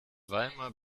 weimar